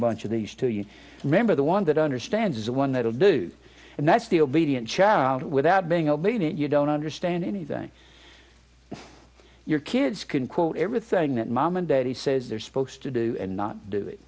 bunch of these to you remember the one that understands the one that will do and that's the obedient child without being obedient you don't understand anything if your kids can quote everything that mom and daddy says they're supposed to do and not do it